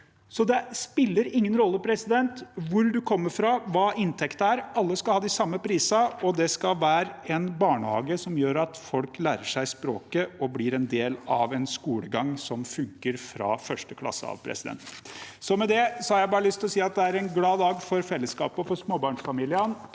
Det spiller ingen rolle hvor du kommer fra eller hva inntekten din er – alle skal ha de samme prisene, og det skal være en barnehage som gjør at folk lærer seg språket og blir en del av en skolegang som funker fra 1. klasse av. Med det har jeg lyst til å si at det er en glad dag for fellesskapet og for småbarnsfamiliene.